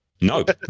Nope